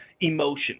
emotion